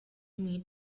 meet